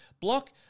block